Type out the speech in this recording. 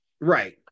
right